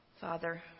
Father